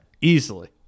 Easily